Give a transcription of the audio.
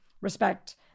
respect